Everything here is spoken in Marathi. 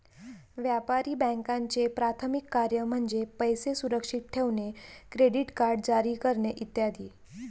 व्यापारी बँकांचे प्राथमिक कार्य म्हणजे पैसे सुरक्षित ठेवणे, क्रेडिट कार्ड जारी करणे इ